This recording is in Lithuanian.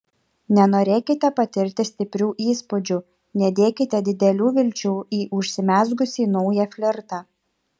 nenorėkite patirti stiprių įspūdžių nedėkite didelių vilčių į užsimezgusį naują flirtą